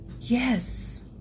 yes